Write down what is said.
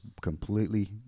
completely